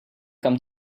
come